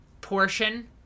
portion